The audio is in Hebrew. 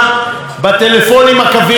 ואז אמרתי שזה לא מענייני,